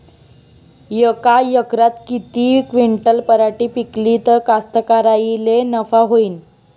यका एकरात किती क्विंटल पराटी पिकली त कास्तकाराइले नफा होईन?